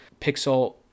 pixel